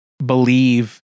believe